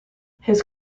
his